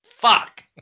Fuck